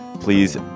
Please